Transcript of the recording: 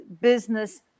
business